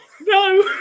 no